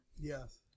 yes